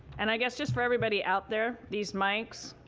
and i guess just for everybody out there, these mics,